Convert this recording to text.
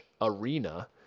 arena